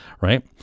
Right